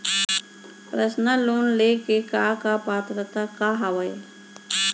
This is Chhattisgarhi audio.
पर्सनल लोन ले के का का पात्रता का हवय?